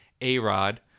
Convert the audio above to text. A-Rod